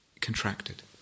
contracted